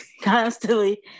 Constantly